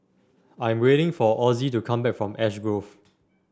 I am waiting for Ozzie to come back from Ash Grove